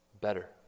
better